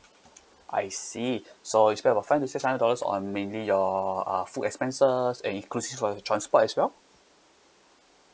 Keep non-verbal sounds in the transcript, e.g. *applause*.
I see *breath* so you spend about five to six hundred dollars on mainly your uh food expenses and inclusive for your transport as well